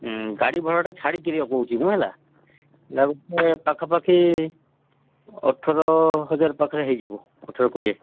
ଗାଡ଼ି ଭଡ଼ାଟା ଛାଡ଼ିକିରି କହୁଛି ମୁଁ ହେଲା ପାଖାପାଖି ଅଠର ହଜାର ପାଖରେ ହେଇଯିବ ଅଠର କୋଡ଼ିଏ